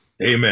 Amen